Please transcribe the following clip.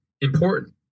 important